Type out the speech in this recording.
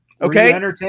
Okay